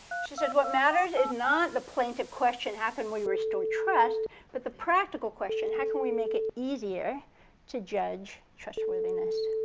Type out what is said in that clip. she said, what matters is not the plaintive question, how can we restore trust, but the practical question, how can we make it easier to judge trustworthiness.